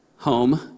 home